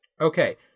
okay